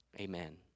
Amen